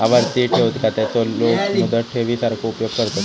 आवर्ती ठेव खात्याचो लोक मुदत ठेवी सारखो उपयोग करतत